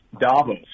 Davos